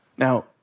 Now